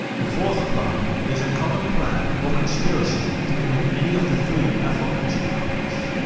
the fourth crime is a common plan or conspiracy to commit any of the three aforementioned crimes.